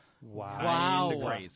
Wow